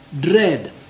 dread